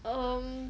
um